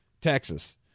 Texas